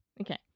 Okay